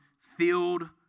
filled